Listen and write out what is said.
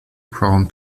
prone